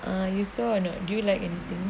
err you saw at the do you like anything